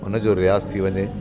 हुन जो रियाज़ थी वञे